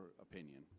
opinion